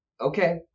Okay